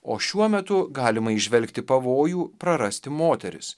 o šiuo metu galima įžvelgti pavojų prarasti moteris